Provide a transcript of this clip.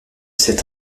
sept